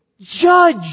Judge